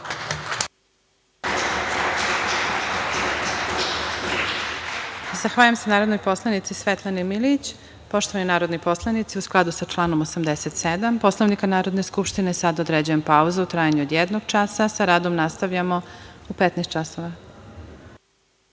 Zahvaljujem se narodnoj poslanici Svetlani Milijić. Poštovani narodni poslanici, u skladu sa članom 87. Poslovnika Narodne skupštine, sada određujem pauzu u trajanju od jednog časa. Sa radom nastavljamo u 15.00